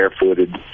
barefooted